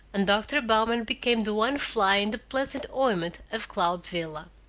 and dr. bowman became the one fly in the pleasant ointment of cloud villa.